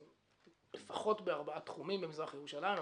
לפחות בארבעה תחומים במזרח ירושלים,